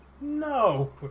No